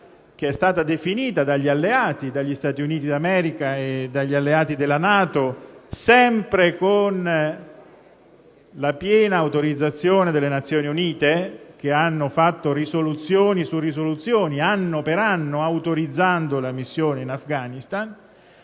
che è stata definita dagli Stati Uniti d'America e dagli alleati della NATO, sempre con la piena autorizzazione delle Nazioni Unite che hanno fatto risoluzioni su risoluzioni, anno per anno, autorizzando la missione in Afghanistan,